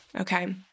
Okay